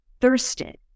thirsted